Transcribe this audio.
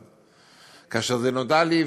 2021. כאשר זה נודע לי,